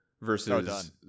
Versus